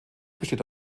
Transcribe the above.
besteht